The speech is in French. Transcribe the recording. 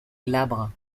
glabre